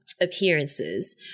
appearances